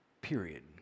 period